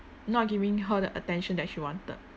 not giving her the attention that she wanted